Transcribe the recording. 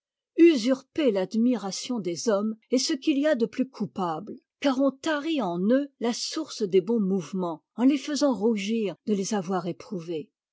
usurper l'admiration des hommes est ce qu'il y a de plus coupable car on tarit en eux la source des bons mouvements en les faisant rougir de les avoir éprouvés